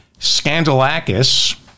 Scandalakis